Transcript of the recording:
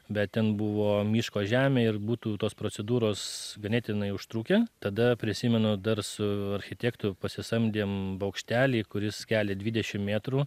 bet ten buvo miško žemė ir būtų tos procedūros ganėtinai užtrukę tada prisimenu dar su architektu pasisamdėm bokštelį kuris kelia dvidešim metrų